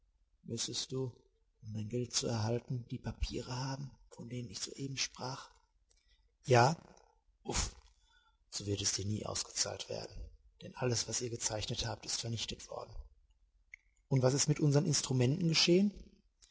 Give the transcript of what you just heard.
müßtest du um dein geld zu erhalten die papiere haben von denen ich soeben sprach ja uff so wird es dir nie ausgezahlt werden denn alles was ihr gezeichnet habt ist vernichtet worden und was ist mit unsern instrumenten geschehen